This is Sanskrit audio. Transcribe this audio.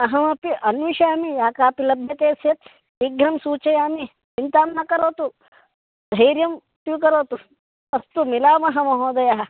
अहमपि अन्विषामि या कापि लभ्यते चेत् शीघ्रं सूचयामि चिन्तां न करोतु धैर्यं स्वीकरोतु अस्तु मिलामः महोदयः